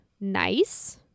nice